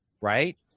right